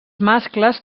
mascles